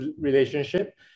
relationship